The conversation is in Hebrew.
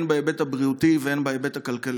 הן בהיבט הבריאותי והן בהיבט הכלכלי.